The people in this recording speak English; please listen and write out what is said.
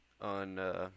on